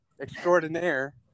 extraordinaire